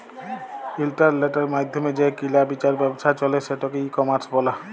ইলটারলেটের মাইধ্যমে যে কিলা বিচার ব্যাবছা চলে সেটকে ই কমার্স ব্যলে